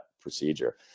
procedure